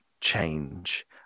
change